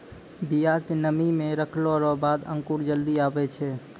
बिया के नमी मे रखलो रो बाद अंकुर जल्दी आबै छै